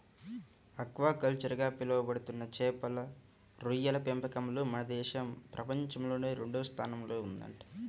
aquaculture గా పిలవబడుతున్న చేపలు, రొయ్యల పెంపకంలో మన దేశం ప్రపంచంలోనే రెండవ స్థానంలో ఉందంట